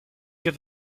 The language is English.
get